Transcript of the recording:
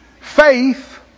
Faith